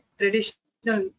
traditional